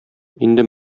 инде